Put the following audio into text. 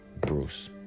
Bruce